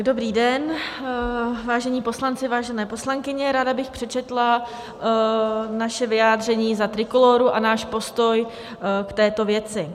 Dobrý den, vážení poslanci, vážené poslankyně, ráda bych přečetla naše vyjádření za Trikolóru a náš postoj k této věci.